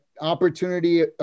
opportunity